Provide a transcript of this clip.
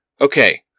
Okay